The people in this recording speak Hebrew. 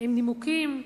עם נימוקים.